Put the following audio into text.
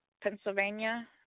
Pennsylvania